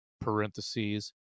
parentheses